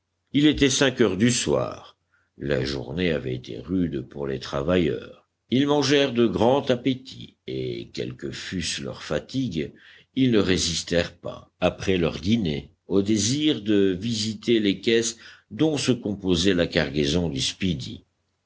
il était cinq heures du soir la journée avait été rude pour les travailleurs ils mangèrent de grand appétit et quelles que fussent leurs fatigues ils ne résistèrent pas après leur dîner au désir de visiter les caisses dont se composait la cargaison